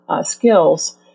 skills